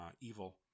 evil